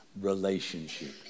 Relationships